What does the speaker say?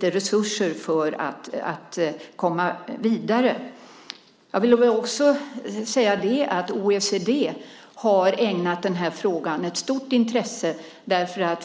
resurser för att komma vidare. OECD har ägnat den här frågan ett stort intresse.